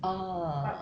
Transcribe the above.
ah